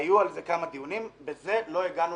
היו על זה כמה דיונים ובזה לא הגענו